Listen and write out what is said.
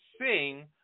sing